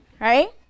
Right